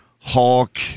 Hulk